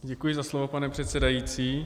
Děkuji za slovo, pane předsedající.